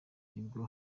nibwo